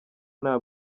nta